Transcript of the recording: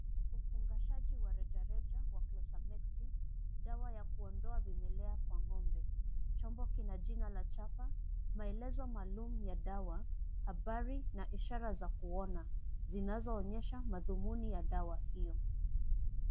Ufungashaji wa reja reja wa Closamectin, dawa ya kuondoa vimelea kwa ng'ombe. Chombo kina jina la chapa, maelezo maalum ya dawa, habari na ishara za kuona zinazoonyesha madhumuni ya dawa hiyo.